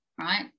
right